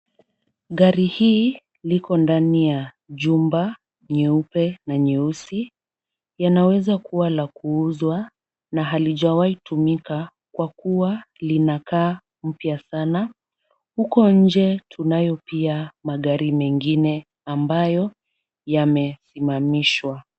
Gari hii liko ndani ya jumba nyeupe na nyeusi. Yanaweza kuwa la kuuzwa na halijawai tumika kwa kuwa linakaa mpya sana. Huko nje tunayo pia magari mengine ambayo yamesimamishwa.